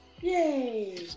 Yay